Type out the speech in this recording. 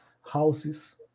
houses